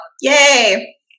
Yay